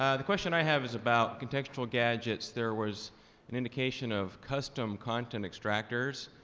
ah the question i have is about contextual gadgets. there was an indication of custom content extractors,